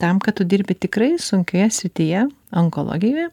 tam kad tu dirbi tikrai sunkioje srityje onkologijoje